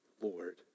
Lord